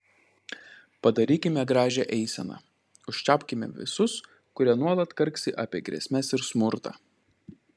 padarykime gražią eiseną užčiaupkime visus kurie nuolat karksi apie grėsmes ir smurtą